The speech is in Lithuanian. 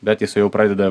bet jisai jau pradeda